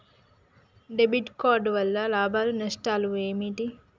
Debit card వల్ల లాభాలు నష్టాలు ఏమిటి?